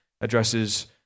addresses